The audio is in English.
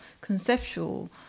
conceptual